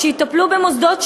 שיטפלו במוסדות שהוקמו,